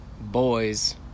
boys